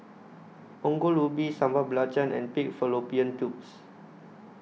Ongol Ubi Sambal Belacan and Pig Fallopian Tubes